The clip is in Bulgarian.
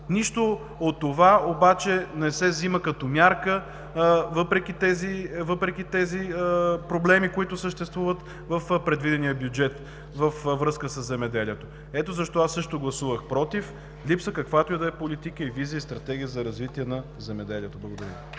Нищо от това обаче не се взима като мярка, въпреки тези проблеми, които съществуват в предвидения бюджет, във връзка със земеделието. Ето защо аз също гласувах „против“ – липсва каквато и да е политика и визия, и стратегия за развитие на земеделието. Благодаря